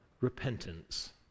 repentance